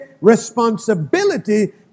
responsibility